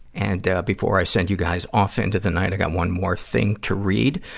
and, ah, before i send you guys off into the night, i got one more thing to read.